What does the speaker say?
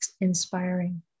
inspiring